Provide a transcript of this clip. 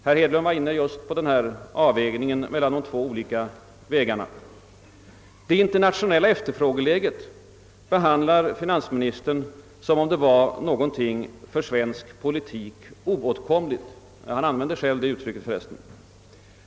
Herr Hedlund var nyligen inne på avvägningen mellan de två metoderna. Det internationella efterfrågeläget behandlar finansministern som om det vore någonting för svensk politik »oåtkomligt» — han använder förresten själv det uttrycket.